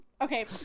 Okay